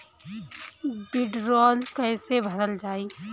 वीडरौल कैसे भरल जाइ?